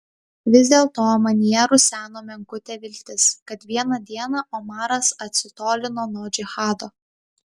vis dėlto manyje ruseno menkutė viltis kad vieną dieną omaras atsitolino nuo džihado